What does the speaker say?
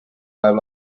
läheb